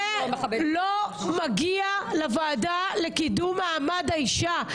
זה לא מגיע לוועדה לקידום מעמד האישה,